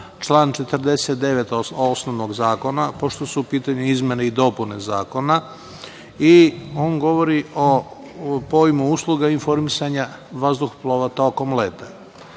član 49. osnovnog zakona, pošto su u pitanju izmene i dopune Zakona i on govori o pojmu usluga i informisanja vazduhoplova tokom